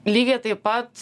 lygiai taip pat